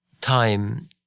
time